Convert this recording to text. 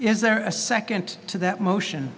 is there a second to that motion